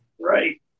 Right